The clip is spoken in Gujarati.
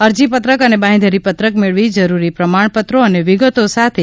અરજી પત્રક અને બાહેધરી પત્રક મેળવી જરૂરી પ્રમાણપત્રો અને વિગતો સાથે તા